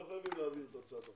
לא חייבים להעביר את הצעת החוק.